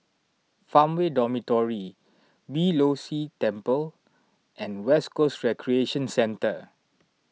Farmway Dormitory Beeh Low See Temple and West Coast Recreation Centre